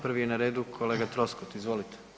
Prvi je na redu kolega troskot, izvolite.